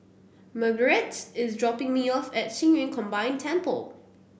Marguerite is dropping me off at Qing Yun Combined Temple